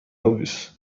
elvis